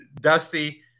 Dusty